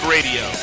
Radio